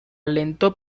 alentó